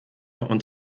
und